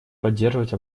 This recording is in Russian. поддерживать